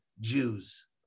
Jews